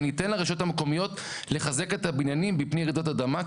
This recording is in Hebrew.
וניתן לרשויות המקומיות לחזק את הבניינים מפני רעידות אדמה.